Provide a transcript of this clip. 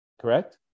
Correct